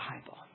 Bible